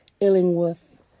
Illingworth